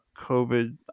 COVID